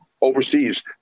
overseas